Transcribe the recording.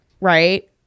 right